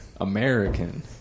American